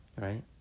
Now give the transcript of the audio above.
right